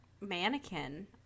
mannequin